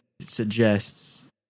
suggests